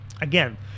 Again